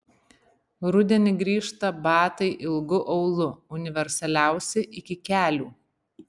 rudenį grįžta batai ilgu aulu universaliausi iki kelių